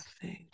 food